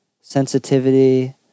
sensitivity